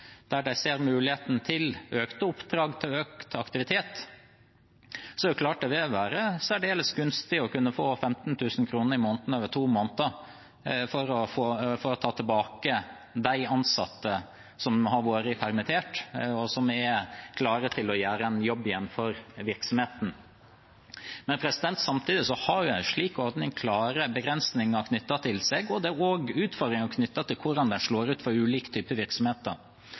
der de ser muligheten til økte oppdrag og økt aktivitet, er det klart det vil være særdeles gunstig å kunne få 15 000 kr i måneden over to måneder for å ta tilbake de ansatte som har vært permittert, og som er klare til å gjøre en jobb for virksomheten igjen. Samtidig har en slik ordning klare begrensninger knyttet til seg, og det er også utfordringer ved hvordan den slår ut for ulike typer virksomheter.